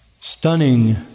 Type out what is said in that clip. stunning